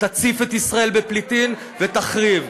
תציף את ישראל בפליטים ותחריב,